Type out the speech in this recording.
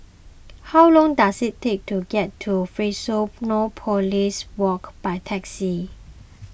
how long does it take to get to Fusionopolis Walk by taxi